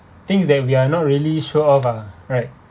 things that we're not really sure of ah right